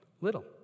little